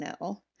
no